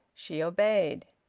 she obeyed.